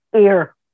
ear